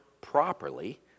properly